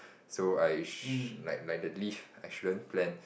so I sh~ like like the leave I shouldn't plan